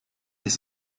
des